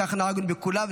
וכך נהגנו עם כולם,